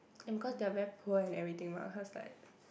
and cause they are very poor in everything what I was like